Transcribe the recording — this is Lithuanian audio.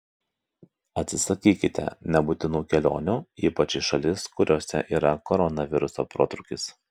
atsisakykite nebūtinų kelionių ypač į šalis kuriose yra koronaviruso protrūkis